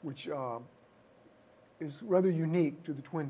which is rather unique to the twin